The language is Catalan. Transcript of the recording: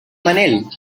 manel